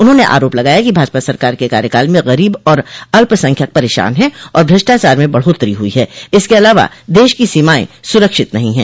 उन्होंने आरोप लगाया कि भाजपा सरकार के कार्यकाल में गरीब और अल्पसंख्यक परेशान हैं और भ्रष्टाचार में बढोत्तरो हुई है इसके अलावा देश की सीमाएं सुरक्षित नहीं हैं